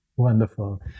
Wonderful